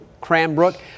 Cranbrook